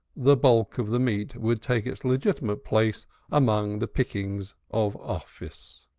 the bulk of the meat would take its legitimate place among the pickings of office.